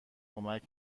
کمک